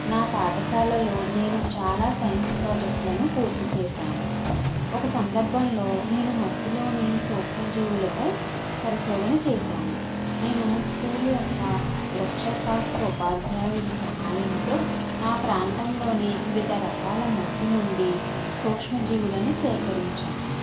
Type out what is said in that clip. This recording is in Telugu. నా పాఠశాలలో నేను చాలా సైన్స్ ప్రాజెక్ట్లను పూర్తి చేశాను ఒక సందర్భంలో నేను మట్టిలోని సూక్ష్మజీవులపై పరిశోధన చేశాను నేను స్కూల్ యొక్క వృక్షశాస్త్ర ఉపాధ్యాయుడు సహాయంతో మా ప్రాంతంలోని వివిధ రకాల మట్టి నుండి సూక్ష్మజీవులను సేకరించాము